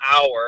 hour